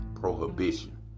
Prohibition